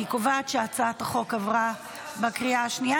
אני קובעת שהצעת החוק עברה בקריאה השנייה.